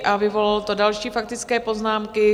A vyvolalo to další faktické poznámky.